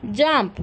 jump